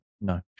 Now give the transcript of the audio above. No